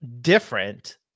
different